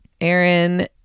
aaron